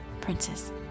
Princess